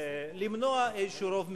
למנוע איזה רוב מקרי.